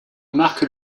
marque